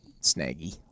snaggy